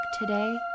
today